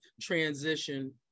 transition